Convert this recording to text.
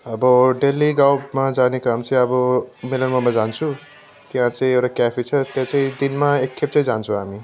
अब डेली गाउटमा जाने काम चाहिँ अब बेलामा म जान्छु त्यहाँ चाहिँ एउटा क्याफे छ त्यहाँ चाहिँ दिनमा एकखेप चाहिँ जान्छु हामी